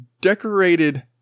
decorated